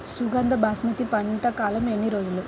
సుగంధ బాస్మతి పంట కాలం ఎన్ని రోజులు?